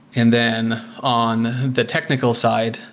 and then on the technical side,